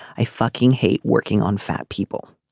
i fucking hate working on fat people.